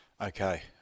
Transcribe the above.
Okay